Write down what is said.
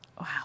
Wow